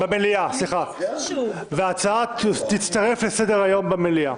סליחה, ההצעה תצטרף לסדר-היום במליאה.